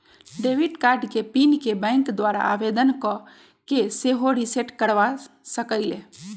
debit card के PIN के bank द्वारा आवेदन कऽ के सेहो रिसेट करबा सकइले